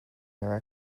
their